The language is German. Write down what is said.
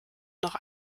noch